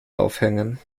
aufhängen